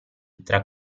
tra